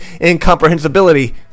incomprehensibility